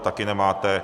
Taky nemáte.